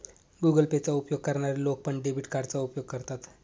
Google Pay चा उपयोग करणारे लोक पण, डेबिट कार्डचा उपयोग करतात